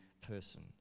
person